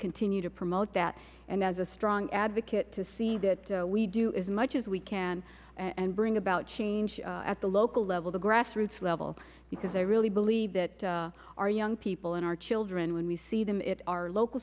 continue to promote that i am a strong advocate to see that we do as much as we can and bring about change at the local level the grass roots level because i really believe that our young people and our children when we see them at our local